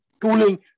tooling